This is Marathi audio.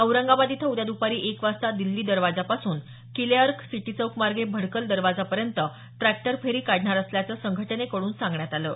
औरंगाबाद इथं उद्या दुपारी एक वाजता दिछी दरवाजापासून किले अर्क सिटी चौक मार्गे भडकल दरवाजापर्यंत ट्रॅक्टर फेरी काढणार असल्याचं संघटनेकड्रन सांगण्यात आलं आहे